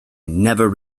never